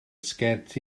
sgert